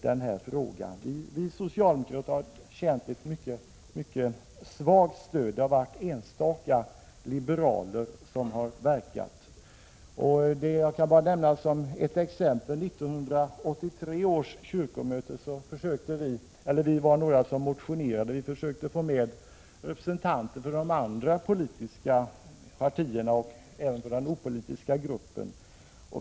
Vi socialdemokrater har tyckt att vi haft ett svagt stöd. Det är enstaka liberaler som har verkat jämsides med oss. Jag kan nämna att vid 1983 års kyrkomöte var vi några som motionerade, och vi försökte få med representanter för de andra politiska partierna och även för den opolitiska gruppen.